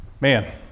Man